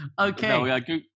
Okay